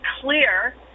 clear